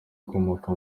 ukomoka